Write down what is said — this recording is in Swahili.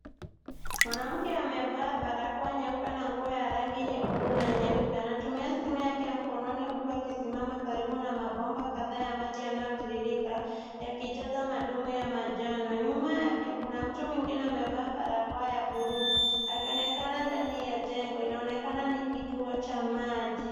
Mwanamke amevaa barakoa nyeupe na nguo ya rangi nyekundu na nyeupe anatumia simu yake ya mkononi huku akisimama karibu na mabomba kadhaa ya maji yanayotiririka yakijaza madumu ya manjano, nyuma yake kuna mtu mwingine amevaa barakoa ya buluu akionekana ndni ya jengo. Inaonekana ni kituo cha maji.